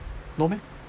no meh